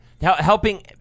Helping